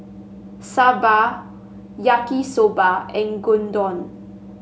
Sambar Yaki Soba and Gyudon